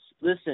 Listen